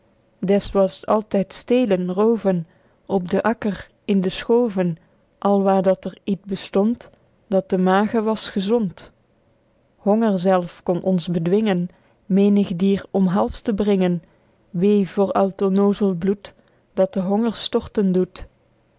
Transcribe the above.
des was t altyd stelen rooven op den akker in de schooven al waer dat er iet bestond dat de mage was gezond honger zelf kon ons bedwingen menig dier om hals te bringen wee voor al t onnoozel bloed dat de honger storten doet